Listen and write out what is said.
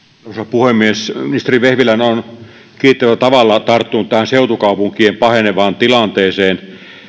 puhemies ministeri vehviläinen on kiitettävällä tavalla tarttunut tähän seutukaupunkien pahenevaan tilanteeseen